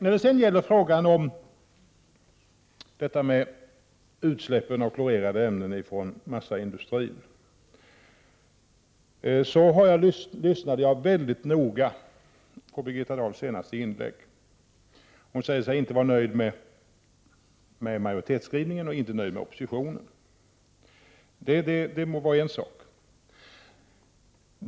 När det gäller frågan om utsläpp av klorerade ämnen från massaindustrin lyssnade jag mycket noga på Birgitta Dahls senaste inlägg. Hon säger sig inte vara nöjd med majoritetsskrivningen och inte heller med oppositionens skrivning. Det må vara en sak.